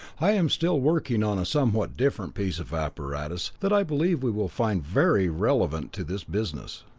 i am still working on a somewhat different piece of apparatus that i believe we will find very relevant to this business.